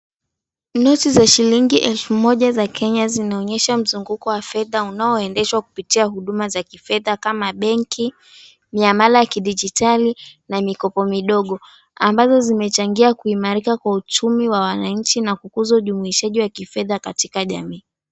Noti za shilingi elfu moja za Kenya zinaonyesha mzunguko wa fedha unaoendeshwa kupitia huduma za kifedha kama benki, miamala ya kidijitali na mikopo midogo ambazo zimechangia kuimarika kwa uchumi wa wananchi na kukuza ujumuishaji wa kifedha katika jamii.